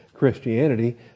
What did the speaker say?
Christianity